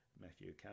Matthew